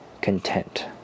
content